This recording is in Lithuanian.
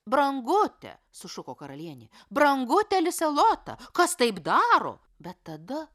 brangute sušuko karalienė brangute lise lota kas taip daro bet tada